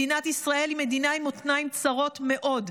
מדינת ישראל היא מדינה עם מותניים צרים מאוד,